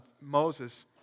Moses